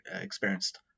experienced